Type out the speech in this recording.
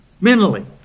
mentally